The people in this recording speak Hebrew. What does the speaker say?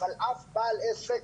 אבל אף בעל עסק,